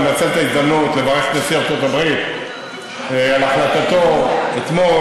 גם לנצל את ההזדמנות לברך את נשיא ארצות הברית על החלטתו אתמול,